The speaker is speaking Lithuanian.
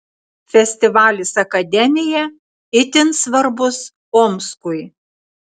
festivalis akademija itin svarbus omskui